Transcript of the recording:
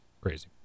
crazy